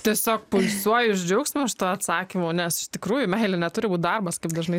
tiesiog pulsuoju iš džiaugsmo šituo atsakymu nes iš tikrųjų meilė neturi būt darbas kaip dažnai